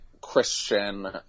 Christian